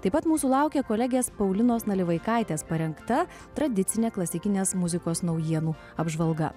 taip pat mūsų laukia kolegės paulinos nalivaikaitės parengta tradicinė klasikinės muzikos naujienų apžvalga